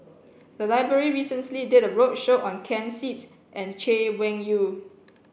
the library recently did a roadshow on Ken Seet and Chay Weng Yew